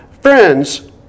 Friends